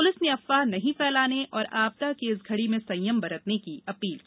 police ने अफवाह नहीं फैलाने और आपदा की इस घड़ी में संयम बरतने की अपील की